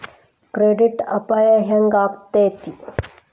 Credit ಅಪಾಯಾ ಹೆಂಗಾಕ್ಕತೇ?